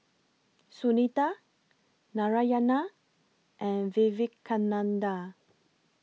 Sunita Narayana and Vivekananda